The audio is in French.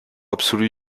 absolu